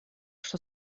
что